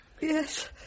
Yes